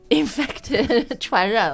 infected,传染